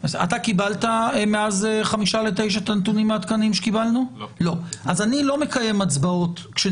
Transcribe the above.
ומתי הוראת שעה הופכת להיות מציאות של